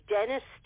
Dennis